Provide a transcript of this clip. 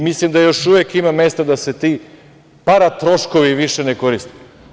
Mislim da još uvek ima mesta da se ti paratroškovi više ne koriste.